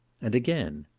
and again,